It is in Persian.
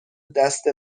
دست